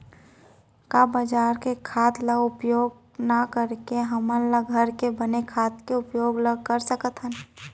का बजार के खाद ला उपयोग न करके हमन ल घर के बने खाद के उपयोग ल कर सकथन?